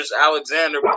Alexander